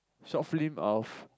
soft film of